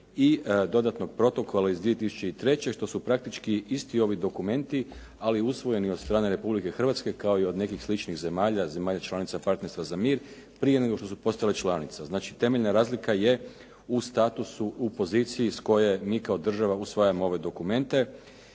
i dodatnog protokola iz 2003., što su praktički isti ovi dokumenti, ali usvojeni od strane Republike Hrvatske kao i od nekih sličnih zemalja, zemalja članica Partnerstva za mir prije nego što su postale članice. Znači temeljna razlika je u statusu u poziciji s koje mi kao država usvajamo ove dokumente.